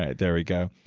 ah there we go.